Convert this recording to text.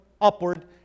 upward